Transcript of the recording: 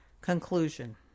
Conclusion